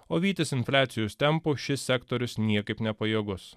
o vytis infliacijos tempų šis sektorius niekaip nepajėgus